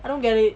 I don't get it